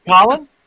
Colin